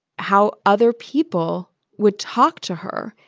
how other people would talk to her.